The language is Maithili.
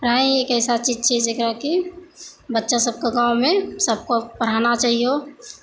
पढ़ाइ ही एक ऐसा चीज छै जकरा की बच्चा सबके गाँवमे सबको पढ़ाना चाहियो